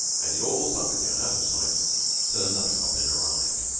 and it all sunk down out of sight till another goblin arrived.